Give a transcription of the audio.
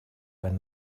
when